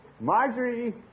Marjorie